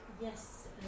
Yes